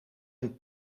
een